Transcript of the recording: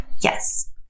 Yes